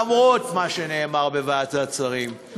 למרות מה שנאמר בוועדת השרים,